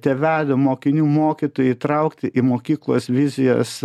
tėvelių mokinių mokytojų įtraukti į mokyklos vizijos